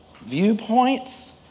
viewpoints